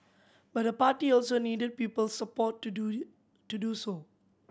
but the party also needed people's support to do to do so